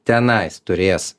tenai turės